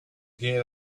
gate